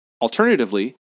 Alternatively